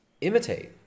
imitate